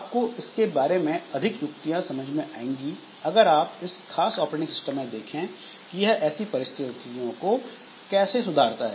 आपको इसके बारे में अधिक युक्तियां समझ में आएंगी अगर आप इस खास ऑपरेटिंग सिस्टम में देखें कि यह ऐसी परिस्थितियों को कैसे सुधारता है